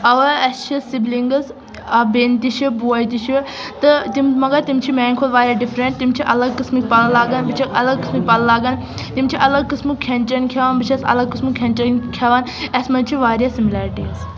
اوا اسہِ چھِ سِبلِنٛگٕس آ بیٚنہِ تہِ چھِ بوے تہِ چھُ تہٕ تِم مگر تِم چھِ میٛانہِ کھۄتہٕ واریاہ ڈِفریٚنٛٹ تِم چھِ اَلگ قٕسمٕکۍ پَلوٚو لاگان بہٕ چھیٚس اَلگ قٕسمٕکۍ پَلوٚو لاگان تِم چھِ اَلَگ قٕسمٕک کھیٚن چیٚن کھیٚوان بہٕ چھیٚس اَلَگ قٕسمُک کھیٚن چیٚن کھیٚوان اسہِ منٛز چھِ واریاہ سِملَرٹیٖز